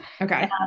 Okay